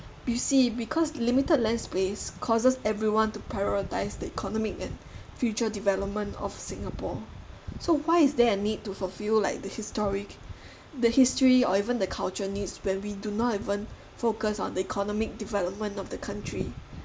you see because limited land space causes everyone to prioritize the economic and future development of singapore so why is there a need to fulfill like the historic the history or even the culture needs when we do not even focus on economic development of the country